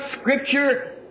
Scripture